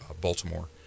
Baltimore